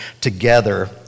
together